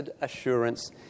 assurance